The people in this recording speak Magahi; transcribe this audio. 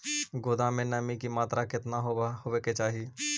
गोदाम मे नमी की मात्रा कितना होबे के चाही?